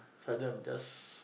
sometime I just